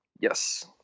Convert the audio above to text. Yes